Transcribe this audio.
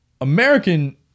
American